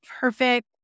perfect